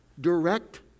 direct